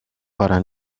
para